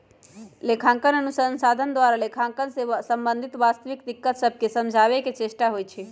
लेखांकन अनुसंधान द्वारा लेखांकन से संबंधित वास्तविक दिक्कत सभके समझाबे के चेष्टा होइ छइ